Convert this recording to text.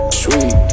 sweet